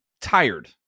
tired